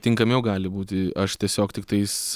tinkamiau gali būti aš tiesiog tiktais